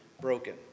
broken